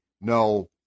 no